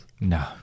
No